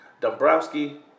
Dombrowski